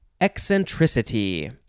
eccentricity